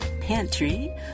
pantry